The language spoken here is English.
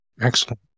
Excellent